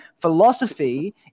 Philosophy